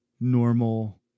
normal